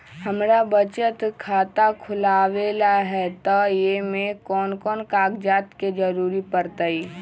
हमरा बचत खाता खुलावेला है त ए में कौन कौन कागजात के जरूरी परतई?